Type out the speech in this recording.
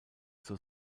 zur